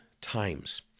times